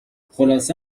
خلاصه